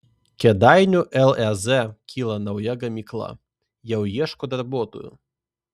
kėdainių lez kyla nauja gamykla jau ieško darbuotojų